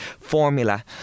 formula